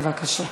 בבקשה.